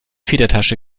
federtasche